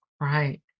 right